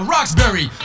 Roxbury